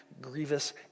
grievous